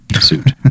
suit